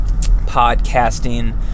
podcasting